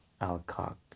Alcock